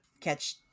catch